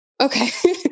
okay